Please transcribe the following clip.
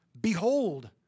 behold